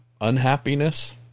unhappiness